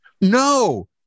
no